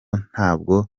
ntabwo